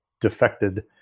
defected